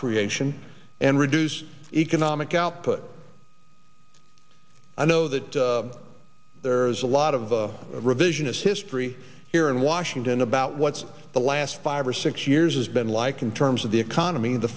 creation and reduce economic output i know that there is a lot of revisionist history here in washington about what's the last five or six years has been like in terms of the economy the